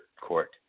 court